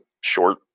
short